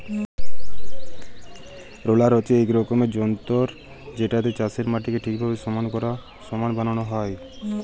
roller হছে ইক রকমের যল্তর যেটতে চাষের মাটিকে ঠিকভাবে সমাল বালাল হ্যয়